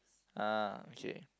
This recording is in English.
ah okay